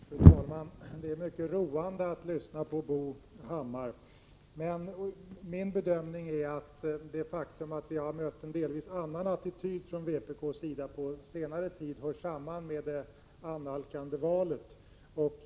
Fru talman! Det är mycket roande att lyssna till Bo Hammar. Min bedömning är att det faktum att vi har mött en delvis annan attityd än tidigare från vpk hör samman med det annalkande valet.